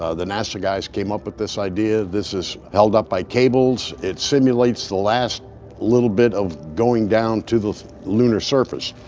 ah the nasa guys came up with this idea, this is held up by cables, it simulates the last little bit of going down to the lunar surface.